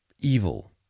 evil